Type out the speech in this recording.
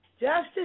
Justice